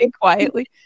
quietly